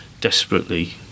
desperately